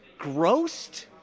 grossed